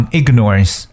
ignorance